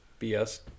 BS